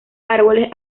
árboles